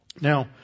Now